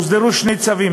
הוסדרו שני צווים,